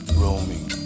roaming